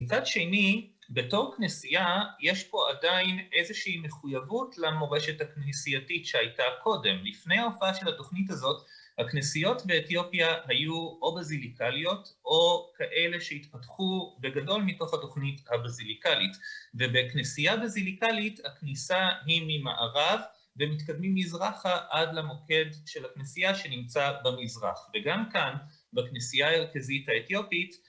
מצד שני, בתור כנסייה, יש פה עדיין איזה שהיא מחויבות למורשת הכנסייתית שהייתה קודם. לפני ההופעה של התוכנית הזאת, הכנסיות באתיופיה היו או בזיליקליות, או כאלה שהתפתחו בגדול מתוך התוכנית הבזיליקלית. ובכנסייה בזיליקלית, הכניסה היא ממערב, ומתקדמים מזרחה עד למוקד של הכנסייה שנמצא במזרח. וגם כאן, בכנסייה ההרכזית האתיופית,